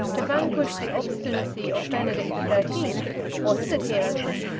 to vanquish the obstinacy of benedict the thirteenth or his adherents,